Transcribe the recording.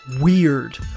weird